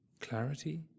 clarity